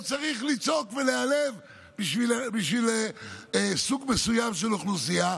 לא צריך לצעוק ולהיעלב בשביל סוג מסוים של אוכלוסייה,